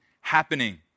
happening